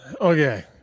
Okay